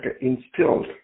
instilled